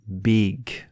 big